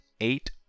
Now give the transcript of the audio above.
eight